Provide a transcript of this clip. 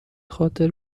خاطر